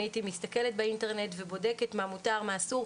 הייתי מסתכלת באינטרנט ובודקת מה מותר ומה אסור.